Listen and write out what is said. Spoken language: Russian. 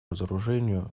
разоружению